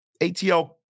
ATL